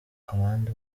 abandi